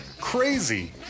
crazy